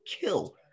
kill